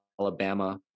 Alabama